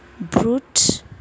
brute